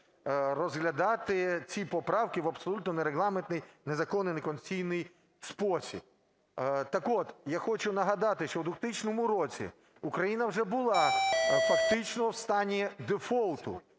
розглядати ці поправки в абсолютно нерегламентний, незаконний, неконституційний спосіб. Так от, я хочу нагадати, що в 2000 році Україна вже була фактично в стані дефолту.